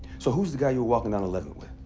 so who's the guy you were walking down eleven with?